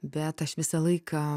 bet aš visą laiką